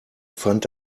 fand